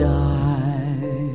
die